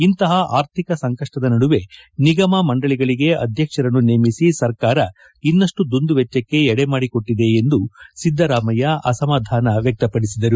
ಇಂತಹ ಅರ್ಥಿಕ ಸಂಕಷ್ಟದ ನಡುವೆ ನಿಗಮ ಮಂಡಳಿಗಳಿಗೆ ಅಧ್ವಕ್ಷರನ್ನು ನೇಮಿಸಿ ಸರ್ಕಾರ ಇನ್ನಷ್ಟು ದುಂದುವೆಚ್ಚಕ್ಕೆ ಎಡೆಮಾಡಿಕೊಟ್ಟಿದೆ ಎಂದು ಸಿದ್ದರಾಮಯ್ಯ ಅಸಮಾಧಾನ ವ್ಯಕ್ತಪಡಿಸಿದ್ದಾರೆ